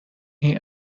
این